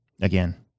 again